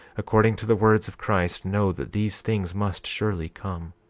according to the words of christ, know that these things must surely come.